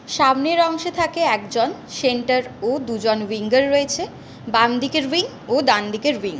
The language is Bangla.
সামনের অংশে থাকে একজন সেন্টার ও দুজন উইঙ্গার রয়েছে বাম দিকের উইং ও ডানদিকের উইং